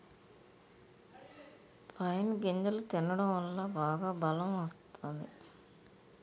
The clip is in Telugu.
పైన్ గింజలు తినడం వల్ల బాగా బలం వత్తాది